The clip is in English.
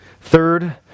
Third